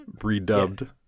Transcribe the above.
redubbed